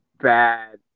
bad